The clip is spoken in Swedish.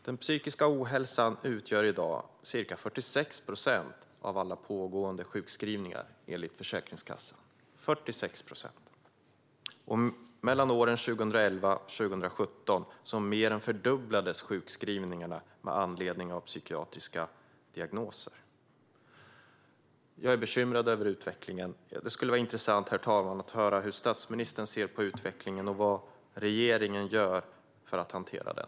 Den psykiska ohälsan utgör i dag ca 46 procent av alla pågående sjukskrivningar enligt Försäkringskassan - 46 procent! Mellan 2011 och 2017 mer än fördubblades sjukskrivningarna med anledning av psykiatriska diagnoser. Herr talman! Jag är bekymrad över utvecklingen. Det skulle vara intressant att höra hur statsministern ser på utvecklingen och vad regeringen gör för att hantera den.